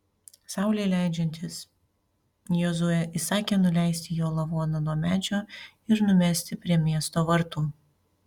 saulei leidžiantis jozuė įsakė nuleisti jo lavoną nuo medžio ir numesti prie miesto vartų